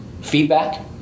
feedback